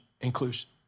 inclusion